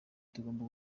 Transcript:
tugomba